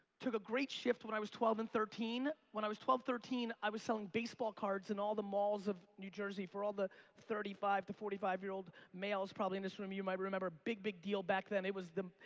took a great shift when i was twelve and thirteen. when i was twelve, thirteen i was selling baseball cards in all the malls of new jersey. for all the thirty five to forty five year old males probably in this room you might remember big, big deal back then. it was the,